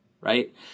Right